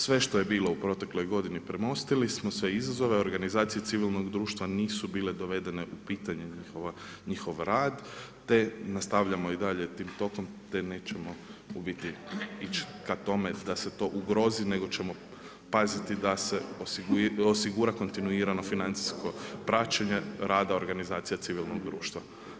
Sve što je bilo u protekloj godini premostili smo, sve izazove, organizacije civilnog društva nisu bile dovedene u pitanje njihov rad, te nastavljamo i dalje tokom te nećemo u biti ići ka tome da se to ugrozi, nego ćemo paziti da se osigura kontinuirano financijsko praćenje rada organizacije civilnog društva.